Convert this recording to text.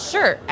Sure